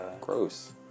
Gross